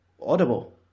Audible